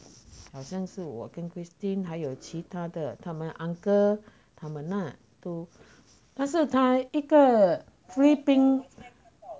好像是我跟 christine 还有其他的他们 uncle 他们那都但是他一个菲律宾